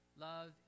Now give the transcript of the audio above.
Love